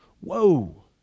Whoa